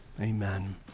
Amen